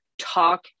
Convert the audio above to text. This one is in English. talk